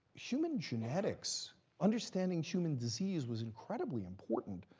human genetics, understanding human disease, was incredibly important,